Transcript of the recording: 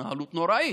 התנהלות נוראית.